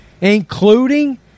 including